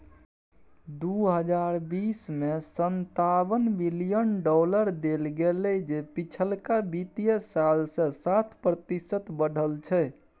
दुइ हजार बीस में सनतावन बिलियन डॉलर देल गेले जे पिछलका वित्तीय साल से सात प्रतिशत बढ़ल छै